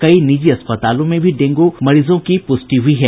कई निजी अस्पतालों में भी डेंगू मरीजों की पुष्टि हुई है